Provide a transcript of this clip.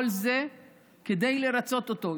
כל זה כדי לרצות אותו.